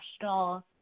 national